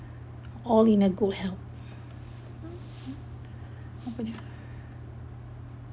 all in a good health